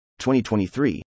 2023